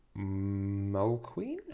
Mulqueen